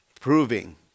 proving